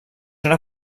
una